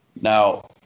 Now